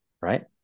right